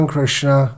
Krishna